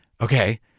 Okay